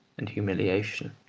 and humiliation.